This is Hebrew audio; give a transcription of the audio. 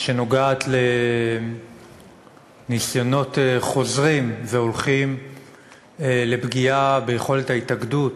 שנוגעת לניסיונות חוזרים והולכים לפגיעה ביכולת ההתאגדות